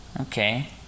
okay